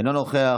אינו נוכח,